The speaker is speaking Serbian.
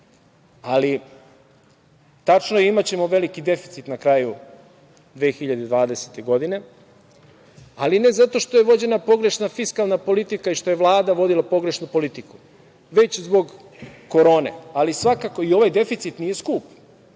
Ali tačno je, imaćemo veliki deficit na kraju 2020. godine, ali ne zato što je vođena pogrešna fiskalna politika i što je Vlada vodila pogrešnu politiku, već zbog korone, ali svakako i ovaj deficit nije skup.